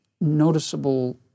noticeable